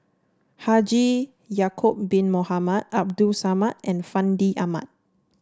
Haji Ya'acob Bin Mohamed Abdul Samad and Fandi Ahmad